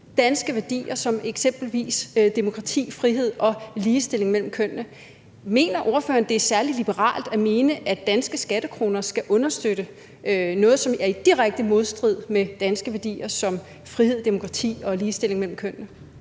danske værdier som eksempelvis demokrati, frihed og ligestilling mellem kønnene. Mener ordføreren, det er særlig liberalt at mene, at danske skattekroner skal understøtte noget, som er i direkte modstrid med danske værdier som frihed, demokrati og ligestilling mellem kønnene?